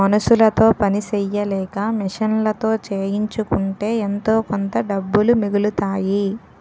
మనుసులతో పని సెయ్యలేక మిషన్లతో చేయించుకుంటే ఎంతోకొంత డబ్బులు మిగులుతాయి